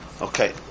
Okay